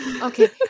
okay